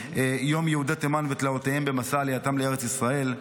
יהודי תימן ותלאותיהם במסע עלייתם לארץ ישראל.